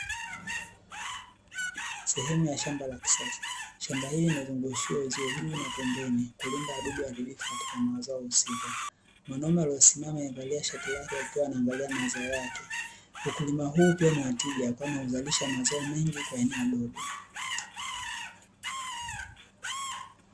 Sehemu yashamba la kisasa, Shamba hili limezungushiwa uzio juu na pembeni kulinda wadudu waharibifu katika mazao husika, Mwanaume aliyesimama amevalia shati lake akiwa anaangalia mazao yake, Ukulima huu pia ni watija kwani huzalisha mazao mengi kwa eneo dogo.